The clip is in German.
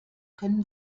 können